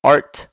Art